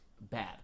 Bad